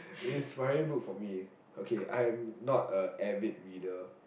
is my book for me okay I am not a avid reader